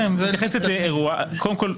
קודם כול,